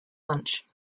lunch